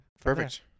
Perfect